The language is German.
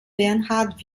bernhard